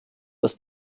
dass